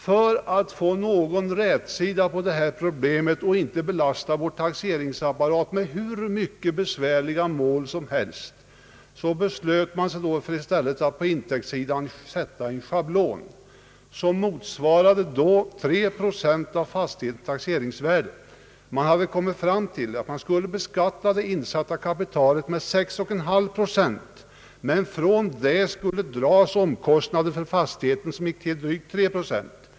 För att få någon rätsida på detta problem och inte belasta taxeringsapparaten med hur många besvärliga mål som helst, beslöt man sig för att i stället på intäktsidan utgå från en schablon motsvarande 3 procent av fastighetens taxeringsvärde. Man utgick därvid från att man skulle beskatta det insatta kapitalet med 6,5 procent, men från detta skulle dras omkostnaderna, som beräknades till 3 procent.